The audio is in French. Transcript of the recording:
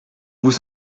vous